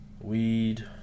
weed